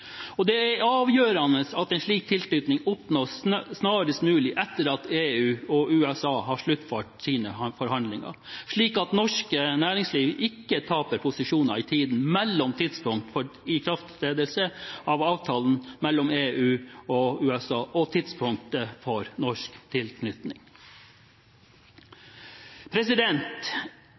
Det er avgjørende at en slik tilknytning oppnås snares mulig etter at EU og USA har sluttført sine forhandlinger, slik at norsk næringsliv ikke taper posisjoner i tiden mellom tidspunktet for ikrafttredelse av avtalen mellom EU og USA og tidspunktet for norsk